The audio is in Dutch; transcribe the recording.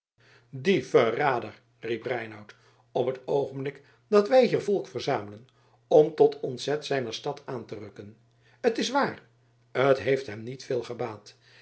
die verrader riep reinout op het oogenblik dat wij hier volk verzamelen om tot ontzet zijner stad aan te rukken t is waar t heeft hem niet veel